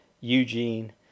Eugene